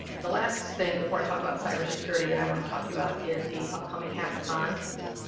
the last thing, before i talk about cybersecurity, that i want to talk to you about, is the upcoming hackathon,